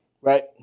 right